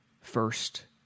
first